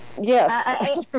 Yes